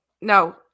No